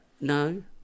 no